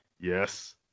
yes